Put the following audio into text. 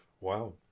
Wow